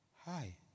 Hi